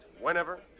whenever